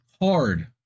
hard